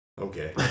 Okay